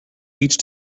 each